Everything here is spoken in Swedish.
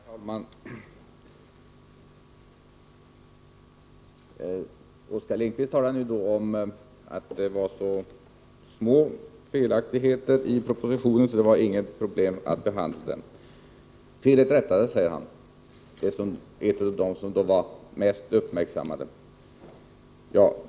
Herr talman! Oskar Lindkvist sade att det var så små felaktigheter i propositionen, så det var inget problem att behandla den. Felet rättades, säger han, och menar det som var mest uppmärksammat.